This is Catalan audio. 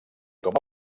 com